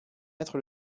mettre